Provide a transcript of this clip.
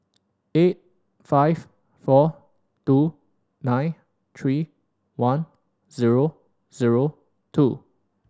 eight five four two nine three one zero zero two